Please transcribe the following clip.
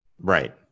Right